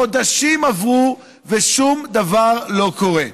חודשים עברו ושום דבר לא קורה.